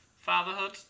fatherhood